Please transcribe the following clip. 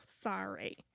sorry